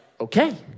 okay